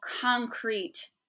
concrete